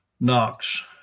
Knox